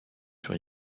sur